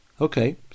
okay